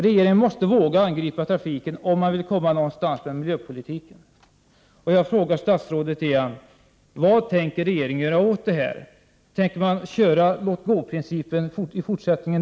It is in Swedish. Regeringen måste våga angripa trafiken, om miljöpolitikens mål skall kunna förverkligas. Återigen frågar jag statsrådet: Vad tänker regeringen göra åt problemen? Tänker man tillämpa låt-gå-principen också i fortsättningen?